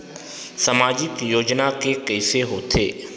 सामाजिक योजना के कइसे होथे?